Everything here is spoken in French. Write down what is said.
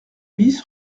bis